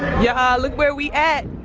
yeah look where we at.